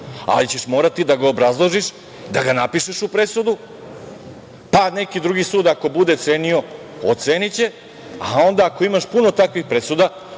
ali ćeš morati da ga obrazložiš, da ga napišeš u presudi, pa neki drugi sud ako bude cenio oceniće, a onda ako imaš puno takvih presuda,